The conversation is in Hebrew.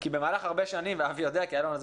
כי במהלך שנים רבות ואבי בוחבוט יודע כי היו לנו על זה